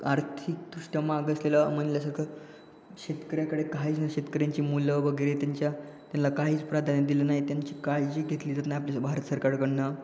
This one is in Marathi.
आर्थिकदृष्ट्या माग असलेलं म्हटल्यासारखं शेतकऱ्याकडे काहीच ना शेतकऱ्यांची मुलं वगैरे त्यांच्या त्यांना काहीच प्राधान्य दिलं नाही त्यांची काळजी घेतली जात नाही आपल्या भारत सरकारकडून